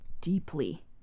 deeply